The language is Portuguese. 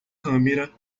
câmera